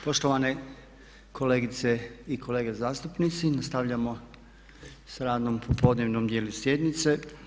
Poštovane kolegice i kolege zastupnici nastavljamo s radom u popodnevnom djelu sjednice.